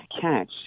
catch